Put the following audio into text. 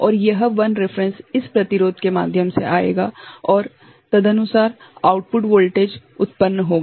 और यह I reference इस प्रतिरोध के माध्यम से आएगा और तदनुसार आउटपुट वोल्टेज उत्पन्न होगा